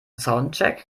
soundcheck